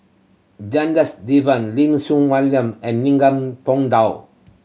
Jendas Devan Lim Soon Wai William and Ningam Tong Dow